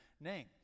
name